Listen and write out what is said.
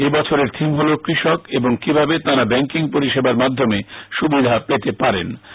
এ বছরের থিম হল কৃষক এবং কিভাবে তাঁরা ব্যাঙ্কিং পরিষেবার মাধ্যমে সুবিধা পেতে পারেন